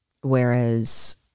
Whereas